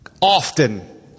often